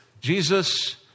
Jesus